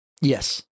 yes